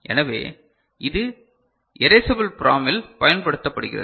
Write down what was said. எனவே இது erasable PROM இல் பயன்படுத்தப்படுகிறது